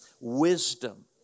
wisdom